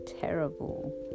terrible